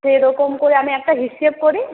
সেরকম করে আমি একটা হিসেব করি